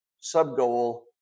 sub-goal